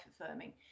affirming